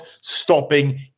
stopping